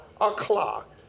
o'clock